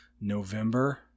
November